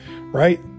Right